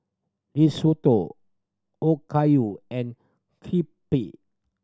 Risotto Okayu and Crepe